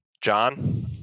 John